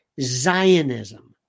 Zionism